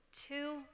two